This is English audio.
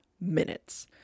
minutes